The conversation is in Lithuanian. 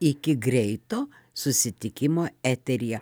iki greito susitikimo eteryje